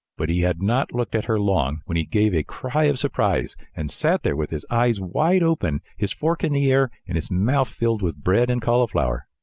but he had not looked at her long when he gave a cry of surprise and sat there with his eyes wide open, his fork in the air, and his mouth filled with bread and cauliflower.